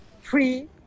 free